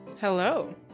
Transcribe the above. Hello